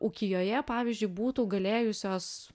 ukijoje pavyzdžiui būtų galėjusios